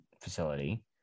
facility